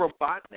Robotnik